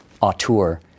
auteur